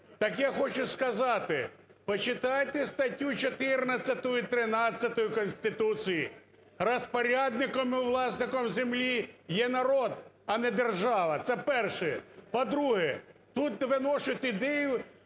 Так я хочу сказати, почитайте статтю 14 і 13 Конституції: розпорядником і власником землі є народ, а не держава. Це перше. По-друге, тут виношують ідею